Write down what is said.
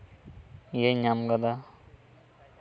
ᱤᱭᱟᱹᱧ ᱧᱟᱢ ᱠᱟᱫᱟ